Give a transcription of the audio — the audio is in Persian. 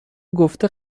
گفته